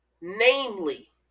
namely